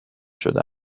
شده